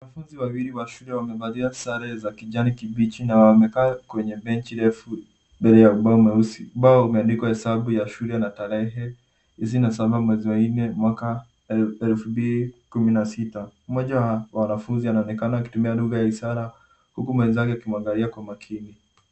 Waanfunzi wawili wa shule wamevalia sare za kijani kibichi na wamekaa kwenye benchi refu mbele ya ubao mweusi. Ubao umeandikwa hesabu ya shule na tarehe kumi na saba mwezi wa nne mwaka elfu mbili kumi na sita. Mmoja wa wanafunzi anaonekana akitumia lugha ya ishara huku mwenzake akimwangalia kwa makini.